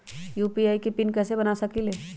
UPI के PIN कैसे बना सकीले?